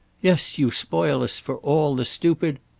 yes, you spoil us for all the stupid!